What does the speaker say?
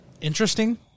interesting